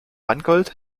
mangold